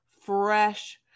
fresh